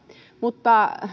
mutta